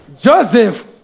Joseph